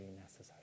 necessary